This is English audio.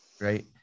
right